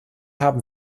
haben